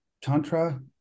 tantra